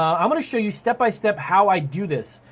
um i'm gonna show you step-by-step how i do this.